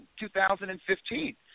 2015